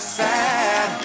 sad